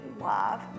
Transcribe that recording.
love